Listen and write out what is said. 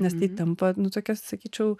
nes tai tampa nu tokia sakyčiau